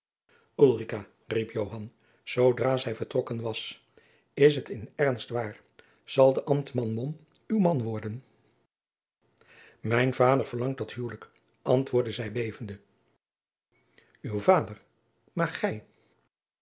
zoodra zij vertrokken was is het in ernst waar zal de ambtman mom uw man worden mijn vader verlangt dat huwelijk antwoordde zij bevende uw vader maar gij